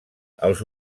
els